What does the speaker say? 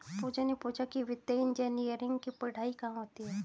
पूजा ने पूछा कि वित्तीय इंजीनियरिंग की पढ़ाई कहाँ होती है?